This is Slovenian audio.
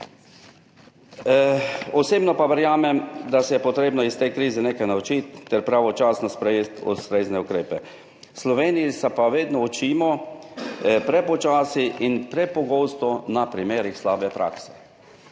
Osebno pa verjamem, da se je potrebno iz te krize nekaj naučiti ter pravočasno sprejeti ustrezne ukrepe, v Sloveniji pa se vedno učimo prepočasi in prepogosto na primerih slabe prakse.